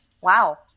Wow